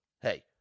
hey